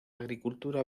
agricultura